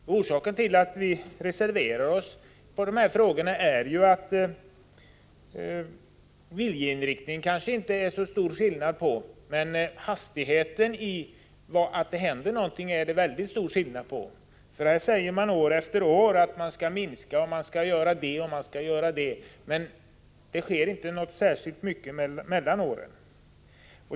Anledningen till att vi reserverar oss i de här frågorna är inte viljeinriktningen — där är det kanske inte så stor skillnad — utan den hastighet varmed 143 någonting händer; där är det mycket stor skillnad. År efter år sägs det att försöken skall minska och att man skall göra det ena eller det andra, men det sker inte särskilt mycket där emellan.